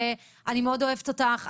ואני מאוד אוהבת אותך,